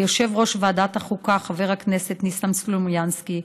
ליושב-ראש ועדת החוקה חבר הכנסת ניסן סלומינסקי,